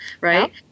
Right